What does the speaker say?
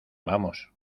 vamos